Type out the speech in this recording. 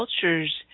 cultures